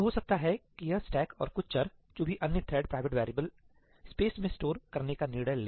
तो हो सकता है कि यह स्टैक और कुछ चर जो भी अन्य थ्रेड प्राइवेट वैरिएबल स्पेस में स्टोर करने का निर्णय ले